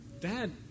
Dad